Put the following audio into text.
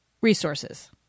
resources